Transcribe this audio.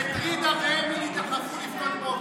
את ג'ידא ואת אמילי דחפו לפנות בוקר.